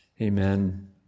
Amen